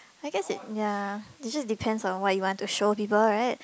I guess it ya it just depends on what you want to show people right